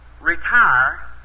retire